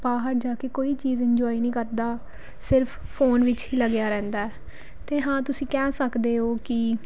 ਬਾਹਰ ਜਾ ਕੇ ਕੋਈ ਚੀਜ਼ ਇੰਜੋਏ ਨਹੀਂ ਕਰਦਾ ਸਿਰਫ ਫੋਨ ਵਿੱਚ ਹੀ ਲੱਗਿਆ ਰਹਿੰਦਾ ਅਤੇ ਹਾਂ ਤੁਸੀਂ ਕਹਿ ਸਕਦੇ ਹੋ ਕਿ